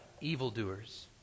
evildoers